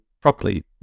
properly